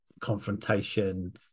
confrontation